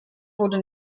wurde